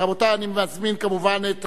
רבותי, אני מזמין, כמובן, את